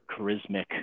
charismatic